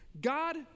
God